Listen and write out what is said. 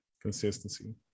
Consistency